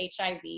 HIV